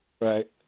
Right